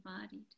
embodied